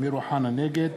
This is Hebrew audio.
נגד